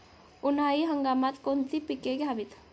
उन्हाळी हंगामात कोणती पिके घ्यावीत?